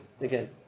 again